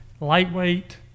lightweight